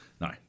No